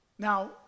Now